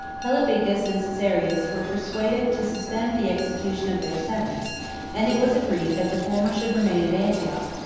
hellebicus and caesarius were persuaded to suspend the execution of their sentence and it was agreed that the former should remain at antioch,